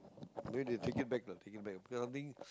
then they take it back lah take it back this kind of thing